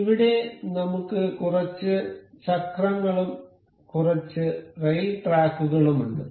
ഇവിടെ നമുക്ക് കുറച്ച് ചക്രങ്ങളും കുറച്ച് റെയിൽ ട്രാക്കുകളും ഉണ്ട്